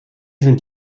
sind